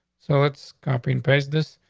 so it's competent paste this.